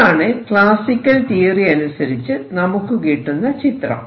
ഇതാണ് classical theory അനുസരിച്ച് നമുക്ക് കിട്ടുന്ന ചിത്രം